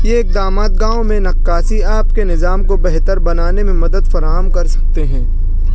یہ اقدامات گاؤں میں نقاشی آب کے نظام کو بہتر بنانے میں مدد فراہم کرسکتے ہیں